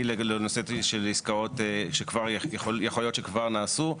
לנושא של עסקאות שיכול להיות שכבר נעשו,